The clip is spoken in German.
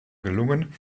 gelungen